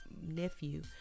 nephew